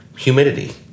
Humidity